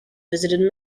visited